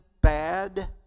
bad